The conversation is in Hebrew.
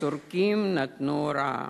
הטורקים נתנו הוראה